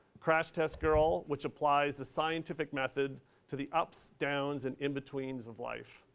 crash test girl, which applies the scientific method to the ups, downs, and in-betweens of life.